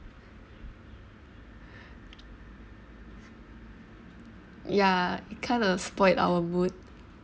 ya it kind of spoiled our mood